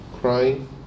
crying